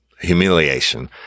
humiliation